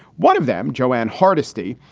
one of them, joanne hardisty,